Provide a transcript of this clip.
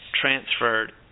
transferred